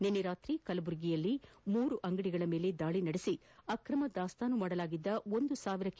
ನಿನ್ನೆ ರಾತ್ರಿ ಕಲಬುರಗಿಯಲ್ಲಿ ಮೂರು ಅಂಗಡಿಗಳ ಮೇಲೆ ದಾಳಿ ನಡೆಸಿ ಅಕ್ರಮ ದಾಸ್ತಾನು ಮಾಡಲಾಗಿದ್ದ ಒಂದು ಸಾವಿರ ಕೆ